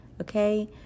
Okay